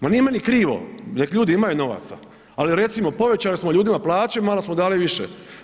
Ma nije meni krivo, nek ljudi imaju novaca, ali recimo povećali smo ljudima plaće malo smo dali više.